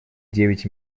девять